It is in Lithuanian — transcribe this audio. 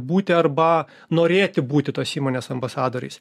būti arba norėti būti tos įmonės ambasadoriais